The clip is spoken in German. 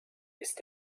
ist